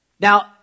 Now